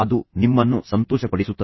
ಅದು ನಿಮ್ಮನ್ನು ಸಂತೋಷಪಡಿಸುತ್ತದೆ